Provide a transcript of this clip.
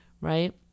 right